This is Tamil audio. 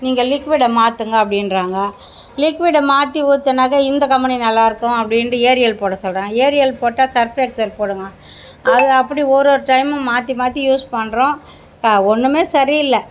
நீங்கள் லிக்விடை மாற்றுங்க அப்படின்றாங்க லிக்விடை மாற்றி ஊற்றினாக்கா இந்த கம்பெனி நல்லா இருக்கும் அப்படின்ட்டு ஏரியல் போட சொல்றாங்க ஏரியல் போட்டால் சர்ஃபெக்சல் போடுங்க அதை அப்படி ஒரு ஒரு டைமும் மாற்றி மாற்றி யூஸ் பண்ணுறோம் இப்போ ஒன்றுமே சரி இல்லை